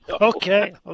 okay